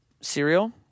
cereal